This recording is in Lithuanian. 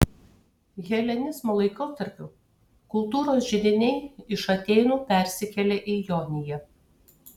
helenizmo laikotarpiu kultūros židiniai iš atėnų persikėlė į joniją